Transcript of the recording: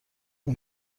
این